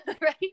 right